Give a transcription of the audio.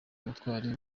ubutwari